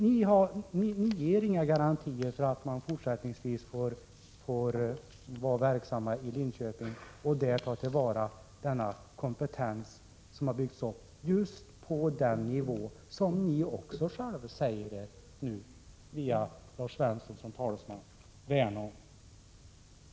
Ni ger inga garantier för att man fortsättningsvis får vara verksam i Linköping och där ta till vara den kompetens som byggts upp på just den nivå som också ni genom Lars Svensson som talesman säger er värna om.